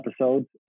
episodes